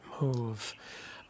move